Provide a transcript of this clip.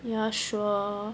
ya sure